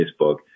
Facebook